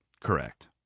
Correct